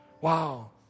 Wow